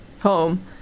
home